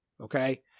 Okay